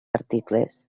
articles